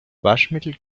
waschmittel